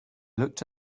looked